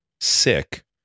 sick